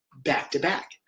back-to-back